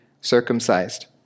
circumcised